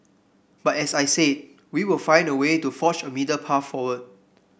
but as I say we will find a way to forge a middle path forward